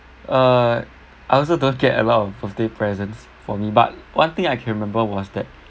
uh I also don't get a lot of birthday presents for me but one thing I can remember was that